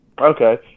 Okay